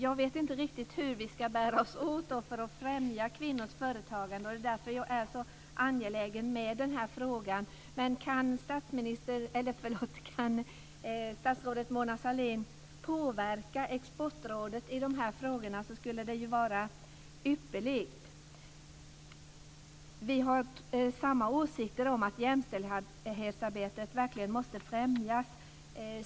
Jag vet inte riktigt hur vi ska bära oss åt för att främja kvinnors företagande. Därför är jag så angelägen med denna fråga. Det skulle vara ypperligt om statsrådet Mona Sahlin kan påverka Exportrådet i dessa frågor. Vi har samma åsikter om att jämställdhetsarbetet måste främjas.